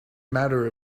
matter